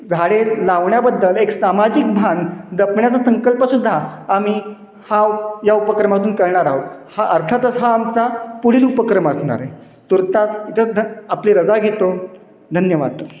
झाडे लावण्याबद्दल एक सामाजिक भान जपण्याचा संकल्प सुद्धा आम्ही हो या उपक्रमातून करणार आहोत हा अर्थातच हा आमचा पुढील उपक्रम असणारे तुर्तास इथेच ध आपली रजा घेतो धन्यवाद